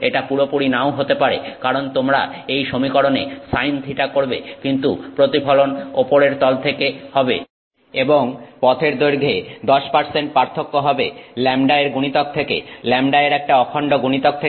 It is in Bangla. এটা পুরোপুরি নাও হতে পারে কারণ তোমরা এই সমীকরণে sinθ করবে কিন্তু প্রতিফলন ওপরের তল থেকে হবে এবং পথের দৈর্ঘ্যে 10 পার্থক্য হবে λ এর গুণিতক থেকে λ এর একটা অখন্ড গুণিতক থেকে